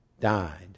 died